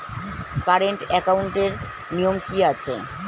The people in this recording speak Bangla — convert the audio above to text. কারেন্ট একাউন্টের নিয়ম কী আছে?